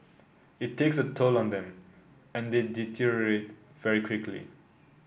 it takes a toll on them and they deteriorate very quickly